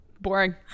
Boring